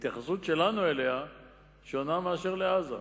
ההתייחסות שלנו אליה שונה מאשר לעזה.